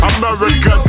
America